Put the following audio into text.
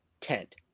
tent